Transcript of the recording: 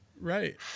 right